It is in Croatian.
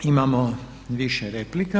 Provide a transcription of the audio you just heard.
Imamo više replika.